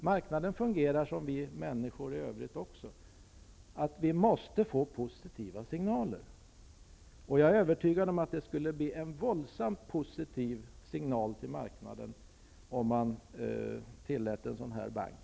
Marknaden fungerar som vi människor, den måste få positiva signaler. Som sagt är jag övertygad om att det skulle bli en våldsamt positiv signal till marknaden om man tillät en sådan här bank.